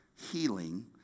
healing